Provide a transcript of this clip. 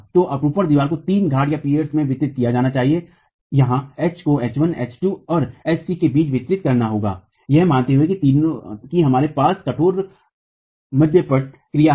तो अपरूपण दीवार को तीन घाटपीयर में वितरित किया जाना चाहिए यहां H को H1 H2 और H3 के बीच वितरित करना होगा यह मानते हुए कि हमारे पास कठोर मध्यपट क्रिया है